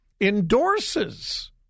endorses